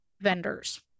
vendors